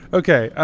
okay